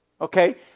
Okay